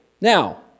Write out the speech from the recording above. Now